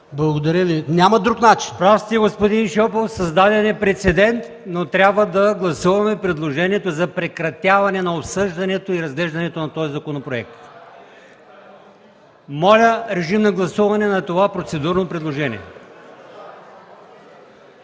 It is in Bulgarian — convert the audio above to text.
Благодаря Ви. ПРЕДСЕДАТЕЛ АЛИОСМАН ИМАМОВ: Прав сте, господин Шопов – създаден е прецедент, но трябва да гласуваме предложението за прекратяване на обсъждането и разглеждането на този законопроект. Моля, режим на гласуване на това процедурно предложение.